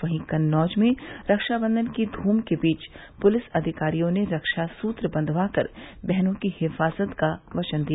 वहीं कन्नौज में रक्षाबंधन की धूम के बीच पुलिस अधिकारियों ने रक्षा सूत्र बंधवा कर बहनों की हिफाज़त का वचन दिया